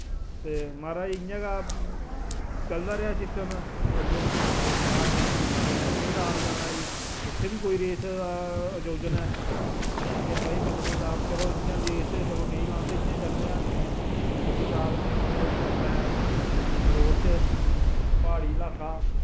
ते माराज इ'यां गै चलदा रेआ सिस्टम ते फिर उत्थुआं मुड़ै सलाह् बनाई कि माराज पत्नीटाप जाना जी उत्थै बी कोई रेस अजोजन ऐ असैं आखेआ भाई पत्नीटाप चलो इ'यां रेस ते चलो नेईं लांदे चलो इ'यां चलने आं पत्नीटाप गे माराज अपनै रोड़ च प्हाड़ी लाका